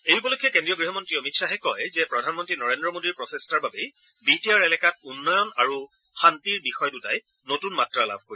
এই উপলক্ষে কেন্দ্ৰীয় গৃহমন্ত্ৰী অমিত শ্বাহে কয় যে প্ৰধানমন্ত্ৰী নৰেদ্ৰ মোদীৰ প্ৰচেষ্টাৰ বাবেই বি টি আৰ এলেকাত উন্নয়ন আৰু শান্তিৰ বিষয় দুটাই নতুন মাত্ৰ লাভ কৰিব